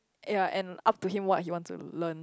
yea and up to him what he want to learn